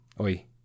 oi